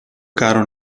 caro